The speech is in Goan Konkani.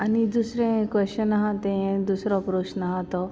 आनी दुसरें क्वॅश्न आहा तें दुसरो प्रोश्न आहा तो